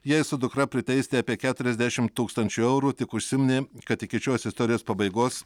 jai su dukra priteisti apie keturiasdešimt tūkstančių eurų tik užsiminė kad iki šios istorijos pabaigos